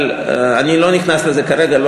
אבל אני לא נכנס לזה כרגע.